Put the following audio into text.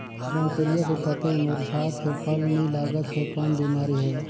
रमकलिया के पतई मुरझात हे फल नी लागत हे कौन बिमारी हे?